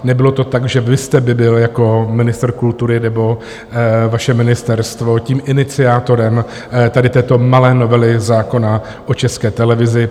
Nebylo to tak, že vy jste byl jako ministr kultury, nebo vaše ministerstvo, tím iniciátorem tady této malé novely zákona o České televizi.